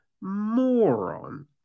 moron